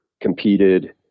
competed